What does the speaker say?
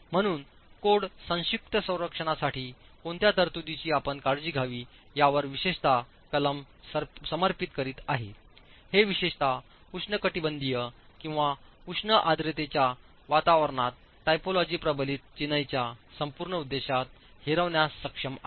म्हणून कोड संक्षिप्त संरक्षणासाठी कोणत्या तरतुदींची आपण काळजी घ्यावी यावर विशेषत कलम समर्पित करीत आहे हे विशेषतः उष्णकटिबंधीय किंवा उच्च आर्द्रतेच्या वातावरणात टायपोलॉजी प्रबलित चिनाईच्या संपूर्ण उद्देशास हरविण्यास सक्षम आहे